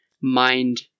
mind